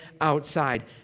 outside